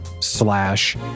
slash